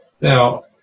Now